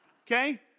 Okay